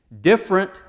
Different